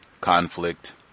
conflict